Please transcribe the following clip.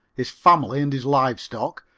his family and his live stock,